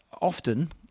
often